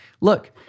look